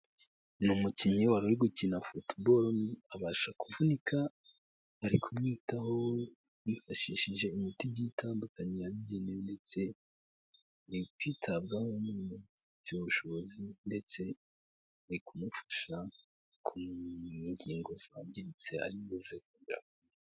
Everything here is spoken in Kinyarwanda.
Ni umukinnyi waruri gukina football abasha kuvunika, ari kumwitaho yifashishije imiti igiye itandukanye yabigenewe ndetse ari kwitabwaho n'umuntu ubifitiye ubushobozi ndetse ari mufasha ku ngingo zangiritse ari buzekora.